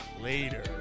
later